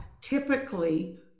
typically